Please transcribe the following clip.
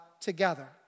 together